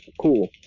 Cool